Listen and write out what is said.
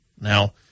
Now